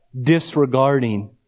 disregarding